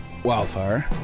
wildfire